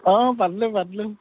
অঁ পাতিলোঁ পাতিলোঁ